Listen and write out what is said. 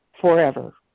forever